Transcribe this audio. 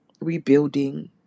rebuilding